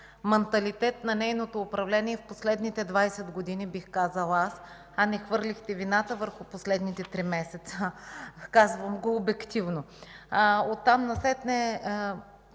манталитет на нейното управление в последните 20 години, бих казала аз, а не хвърлихте вината върху последните три месеца. Казвам го обективно. От там насетне